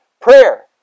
prayer